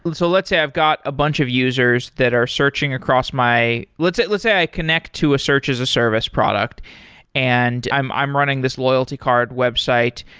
and so let's say i've got a bunch of users that are searching across my let's say let's say i connect to a search as a service product and i'm i'm running this loyalty card website.